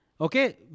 okay